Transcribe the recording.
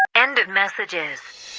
end of messages